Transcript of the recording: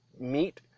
meet